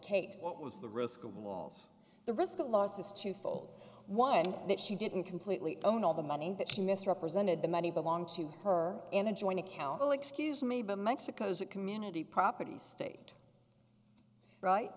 case what was the risk of walles the risk of loss is twofold one that she didn't completely own all the money that she misrepresented the money belonged to her in a joint account oh excuse me but mexico's a community property state right